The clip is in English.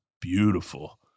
beautiful